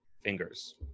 fingers